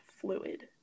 fluid